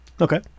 Okay